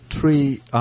three